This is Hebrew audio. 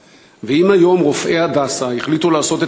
ב"הדסה" אם היום רופאי "הדסה" החליטו לעשות את